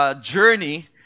journey